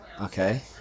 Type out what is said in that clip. okay